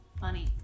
funny